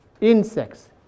insects